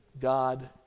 God